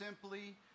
simply